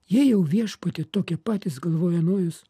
jie jau viešpatie tokie patys galvoja nojus